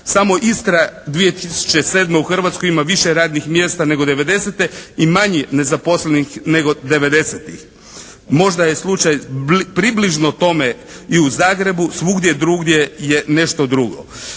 Samo Istra 2007. u Hrvatskoj ima više radnih mjesta nego '90. i manje nezaposlenih nego '90.-tih. Možda je slučaj približno tome i u Zagrebu. Svugdje drugdje je nešto drugo.